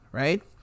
right